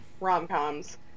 rom-coms